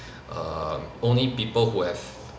um only people who have